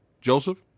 Joseph